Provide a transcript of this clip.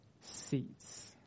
seats